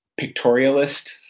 pictorialist